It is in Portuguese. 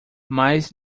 mas